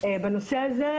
בנושא הזה.